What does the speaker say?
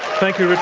thank you, richard